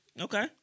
Okay